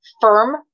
firm